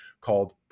called